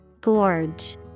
Gorge